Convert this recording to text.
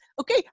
okay